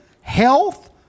health